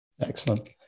Excellent